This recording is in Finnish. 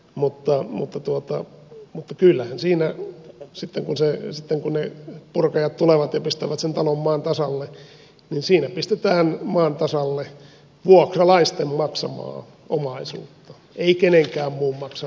mutta vuokrataloyhtiöitten taloutta mutta kyllähän siinä sitten kun ne purkajat tulevat ja pistävät sen talon maan tasalle pistetään maan tasalle vuokralaisten maksamaa omaisuutta ei kenenkään muun maksamaa omaisuutta